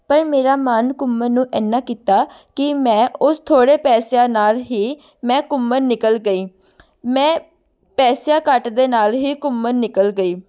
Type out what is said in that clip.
ਪਰ ਮੇਰਾ ਮਨ ਘੁੰਮਣ ਨੂੰ ਇੰਨਾ ਕੀਤਾ ਕਿ ਮੈਂ ਉਸ ਥੋੜ੍ਹੇ ਪੈਸਿਆਂ ਨਾਲ ਹੀ ਮੈਂ ਘੁੰਮਣ ਨਿਕਲ ਗਈ ਮੈਂ ਪੈਸਿਆਂ ਘੱਟ ਦੇ ਨਾਲ ਹੀ ਘੁੰਮਣ ਨਿਕਲ ਗਈ